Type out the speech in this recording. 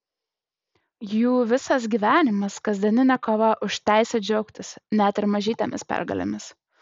jų visas gyvenimas kasdieninė kova už teisę džiaugtis net ir mažytėmis pergalėmis